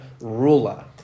ruler